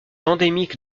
endémique